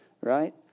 right